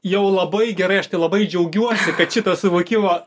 jau labai gerai aš tai labai džiaugiuosi kad šito suvokimo